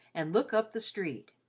and look up the street.